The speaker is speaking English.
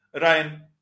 Ryan